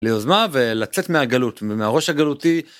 ליוזמה ולצאת מהגלות, מהראש הגלותי.